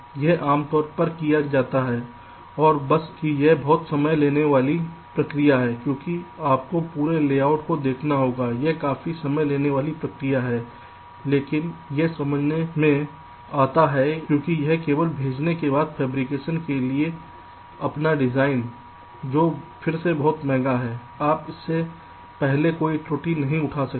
यह आम तौर पर किया जाता है और बस मुझ पर भरोसा है कि यह बहुत समय लेने वाली प्रक्रिया है क्योंकि आपको पूरे लेआउट को देखना होगा यह काफी समय लेने वाली प्रक्रिया है लेकिन यह समझ में आता है क्योंकि यह केवल भेजने के बाद होगा फैब्रिकेशन के लिए अपना डिज़ाइन जो फिर से बहुत महंगा है आप इससे पहले कोई त्रुटि नहीं उठा सकते